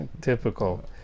Typical